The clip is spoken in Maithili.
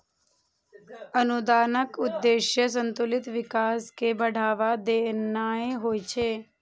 अनुदानक उद्देश्य संतुलित विकास कें बढ़ावा देनाय होइ छै